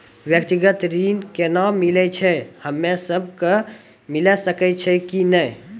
व्यक्तिगत ऋण केना मिलै छै, हम्मे सब कऽ मिल सकै छै कि नै?